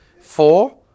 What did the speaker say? Four